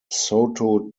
soto